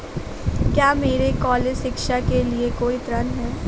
क्या मेरे कॉलेज शिक्षा के लिए कोई ऋण है?